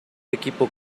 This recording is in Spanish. equipo